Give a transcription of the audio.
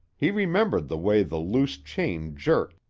he remembered the way the loose chain jerked.